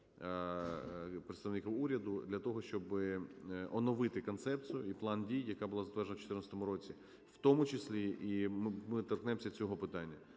представників уряду для того, щоб оновити концепцію і план дій, яка була затверджена в 2014 році, в тому числі ми торкнемося і цього питання.